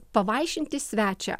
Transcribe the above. pavaišinti svečią